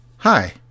Hi